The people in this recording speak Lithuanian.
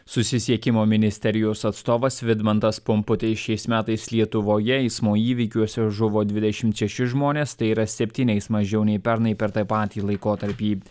susisiekimo ministerijos atstovas vidmantas pumputis šiais metais lietuvoje eismo įvykiuose žuvo dvidešimt šeši žmonės tai yra septyniais mažiau nei pernai per tą patį laikotarpį